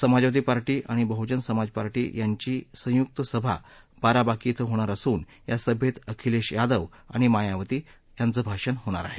समाजवादी party आणि Bahujan Samaj party यांचीही संयुक्त सभा बाराबांकी ध्वे होणार असून या सभेत अखिलेश यादव आणि मायावती भाषण करणार आहेत